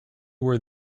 were